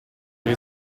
che